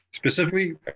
Specifically